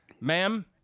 ma'am